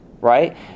right